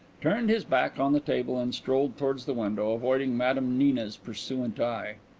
turned his back on the table and strolled towards the window, avoiding madame nina's pursuant eye.